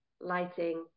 lighting